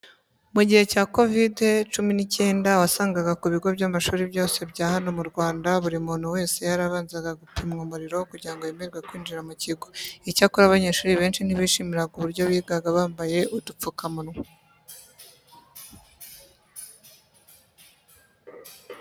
Mu gihe cya Kovide cyumi n'icyenda wasangaga ku bigo by'amashuri byose bya hano mu Rwanda buri muntu wese yarabanzaga gupimwa umuriro kugira ngo yemererwe kwinjira mu kigo. Icyakora abanyeshuri benshi ntibishimiraga uburyo bigaga bambaye udupfukamunwa.